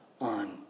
on